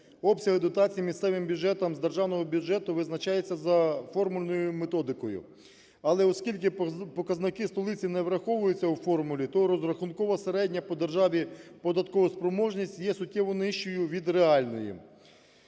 Обсяги дотацій місцевим бюджетам з державного бюджету визначаються за формульною методикою. Але оскільки показники столиці не враховуються у формулі, то розрахункова середня по державі податкова спроможність є суттєво нижчою від реальної.